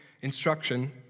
instruction